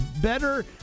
better